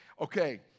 okay